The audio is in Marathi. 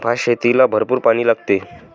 भातशेतीला भरपूर पाणी लागते